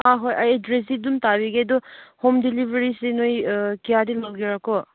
ꯑꯥ ꯍꯣꯏ ꯑꯩ ꯑꯦꯗ꯭ꯔꯦꯁꯇꯤ ꯑꯗꯨꯝ ꯊꯥꯕꯤꯒꯦ ꯑꯗꯨ ꯍꯣꯝ ꯗꯦꯂꯤꯕꯔꯤꯁꯤ ꯅꯣꯏ ꯀꯌꯥꯗꯤ ꯂꯧꯒꯦꯔꯥꯀꯣ